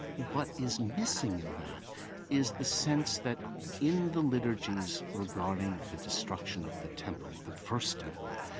what is missing in that is the sense that in the liturgies regarding the destruction of the temple, the first temple,